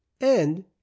And